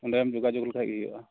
ᱚᱸᱰᱮᱢ ᱡᱳᱜᱟᱡᱳᱜᱽ ᱞᱮᱠᱷᱟᱡ ᱜᱮ ᱦᱩᱭᱩᱜᱼᱟ